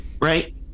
Right